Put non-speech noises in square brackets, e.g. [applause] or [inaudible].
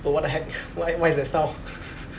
bro what the heck wha~ what is that sound [laughs]